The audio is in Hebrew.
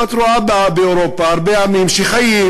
אם את רואה באירופה הרבה עמים שחיים,